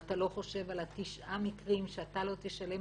ואתה לא חושב על תשעה מקרים שאתה לא תשלם